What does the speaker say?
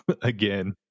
again